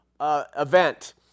event